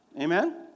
Amen